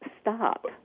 stop